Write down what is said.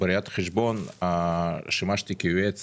בראיית חשבון, שימשתי כיועץ